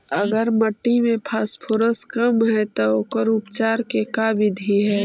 अगर मट्टी में फास्फोरस कम है त ओकर उपचार के का बिधि है?